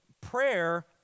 prayer